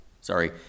sorry